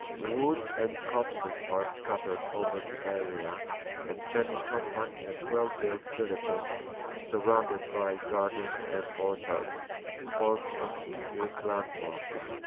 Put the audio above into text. oods and copses are scattered over the area and many com pact and well-built villages surrounded by gardens and orchards formed conspicuous landmarks.